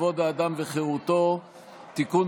כבוד האדם וחירותו (תיקון,